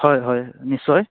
হয় হয় নিশ্চয়